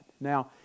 Now